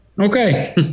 Okay